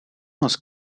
nos